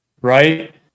right